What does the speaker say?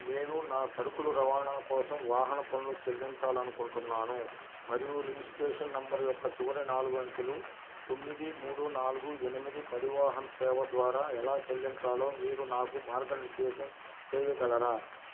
నేను నా సరుకులు రవాణా కోసం వాహన పన్ను చెల్లించాలనుకుంటున్నాను మరియు రిజిస్టేషన్ నంబర్ యొక్క చివరి నాలుగు అంకెలు తొమ్మిది మూడు నాలుగు ఎనిమిది పరివాహన్ సేవ ద్వారా ఎలా చెల్లించాలో మీరు నాకు మార్గనిర్దేశం చెయ్యగలరా